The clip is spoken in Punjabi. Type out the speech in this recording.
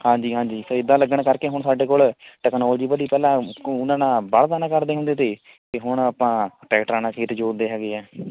ਹਾਂਜੀ ਹਾਂਜੀ ਸੋ ਇੱਦਾਂ ਲੱਗਣ ਕਰਕੇ ਹੁਣ ਸਾਡੇ ਕੋਲ ਟੈਕਨੋਲੋਜੀ ਵਧੀ ਪਹਿਲਾਂ ਕੁ ਉਨ੍ਹਾਂ ਨਾਲ ਬਲ੍ਹਦਾਂ ਨਾਲ ਕਰਦੇ ਹੁੰਦੇ ਤੇ ਅਤੇ ਹੁਣ ਆਪਾਂ ਟਰੈਕਟਰਾਂ ਨਾਲ ਖੇਤ ਜੋਤਦੇ ਹੈਗੇ ਹੈ